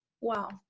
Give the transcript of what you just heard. Wow